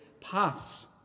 paths